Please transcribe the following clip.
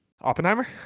Oppenheimer